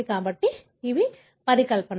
కాబట్టి ఇవి పరికల్పన